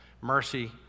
mercy